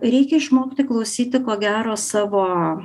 reikia išmokti klausyti ko gero savo